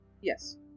Yes